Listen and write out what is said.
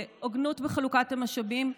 להוגנות בחלוקת המשאבים,